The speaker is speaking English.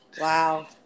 Wow